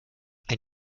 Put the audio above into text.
ein